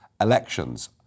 elections